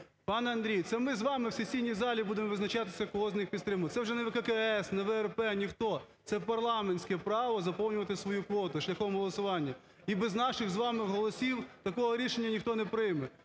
Пане Андрій, це ми з вами в сесійній залі будемо визначатися, кого з них підтримувати. Це вже не ВККС, не ВРП, ніхто, це парламентське право заповнювати свою квоту шляхом голосування. І без наших з вами голосів такого рішення ніхто не прийме.